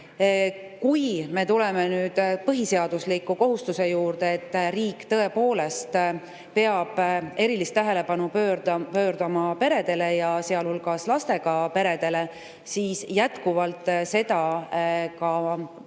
me tuleme nüüd põhiseadusliku kohustuse juurde, et riik tõepoolest peab erilist tähelepanu pöörama peredele ja sealhulgas lastega peredele, siis jätkuvalt seda ka muudetav seadus